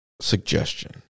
suggestion